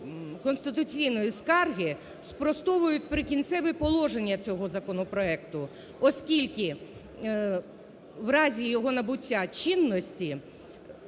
конституційної скарги спростовують "Прикінцеві положення" цього законопроекту, оскільки у разі його набуття чинності